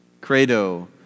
credo